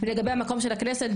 ולגבי המקום של הכנסת,